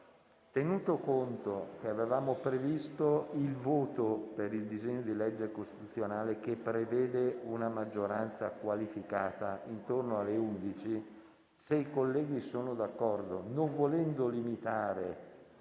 Tenuto conto che avevamo previsto il voto per il disegno di legge costituzionale, che prevede una maggioranza qualificata, intorno alle ore 11, se i colleghi sono d'accordo, non volendo limitare